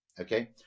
okay